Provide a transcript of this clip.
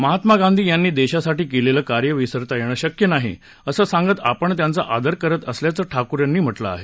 महात्मा गांधी यांनी देशासाठी केलेलं कार्य विसरता येणं शक्य नाही असं सांगत आपण त्यांचा आदर करत असल्याचं ठाकूर यांनी म्हटलं आहे